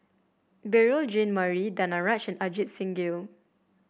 Beurel Jean Marie Danaraj and Ajit Singh Gill